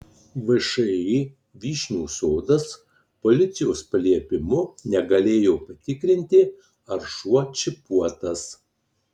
všį vyšnių sodas policijos paliepimu negalėjo patikrinti ar šuo čipuotas